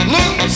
Look